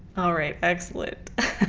all right, excellent.